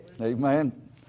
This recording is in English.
Amen